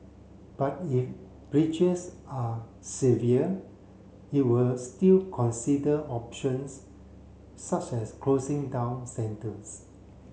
but if breaches are severe it will still consider options such as closing down centres